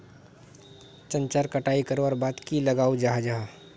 चनार कटाई करवार बाद की लगा जाहा जाहा?